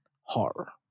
Horror